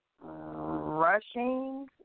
rushing